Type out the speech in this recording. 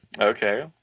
Okay